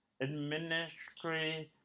Administrative